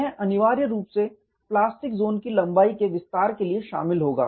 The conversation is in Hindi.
यह अनिवार्य रूप से प्लास्टिक ज़ोन की लंबाई के विस्तार के लिए शामिल होगा